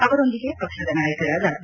ಅವರೊಂದಿಗೆ ಪಕ್ಷದ ನಾಯಕರಾದ ಬಿ